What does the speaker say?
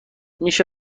میشه